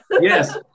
yes